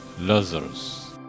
Lazarus